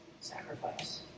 Sacrifice